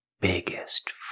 biggest